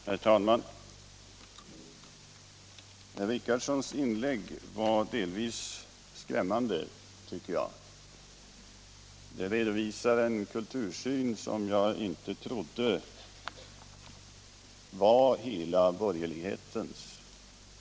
Herr talman! Herr Richardsons inlägg var delvis skrämmande, tycker jag. Det redovisar en kultursyn som jag inte trodde var hela borgerlighetens.